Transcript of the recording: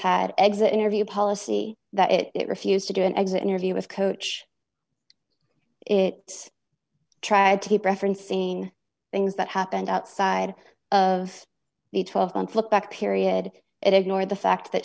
had exit interview policy that refused to do an exit interview with coach it tried to keep referencing things that happened outside of the twelve conflict back period and ignore the fact that